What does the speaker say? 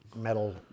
Metal